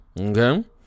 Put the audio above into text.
Okay